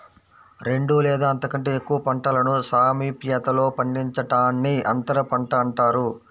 రెండు లేదా అంతకంటే ఎక్కువ పంటలను సామీప్యతలో పండించడాన్ని అంతరపంట అంటారు